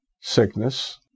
sickness